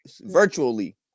virtually